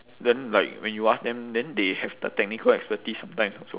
then like when you ask them then they have the technical expertise sometimes also